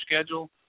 schedule